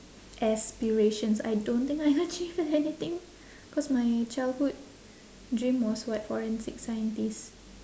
aspirations I don't think I achieve anything cause my childhood dream was what forensic scientist